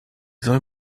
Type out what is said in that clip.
soll